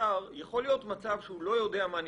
המוצר ויכול להיות שהוא לא יודע מה נפלט.